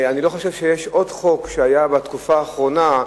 אני לא חושב שיש עוד חוק שחוקק בתקופה האחרונה,